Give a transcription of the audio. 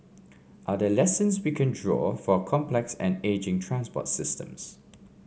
are there lessons we can draw for complex and ageing transport systems